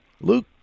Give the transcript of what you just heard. Luke